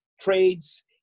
trades